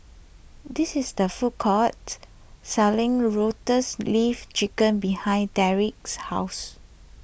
this is the food court selling Lotus Leaf Chicken behind Derrek's house